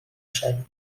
شوی